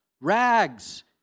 Rags